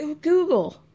Google